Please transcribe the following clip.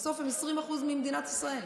בסוף הם 20% ממדינת ישראל,